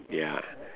ya